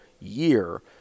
year